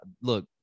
Look